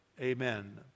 Amen